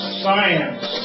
science